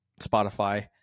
Spotify